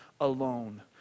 alone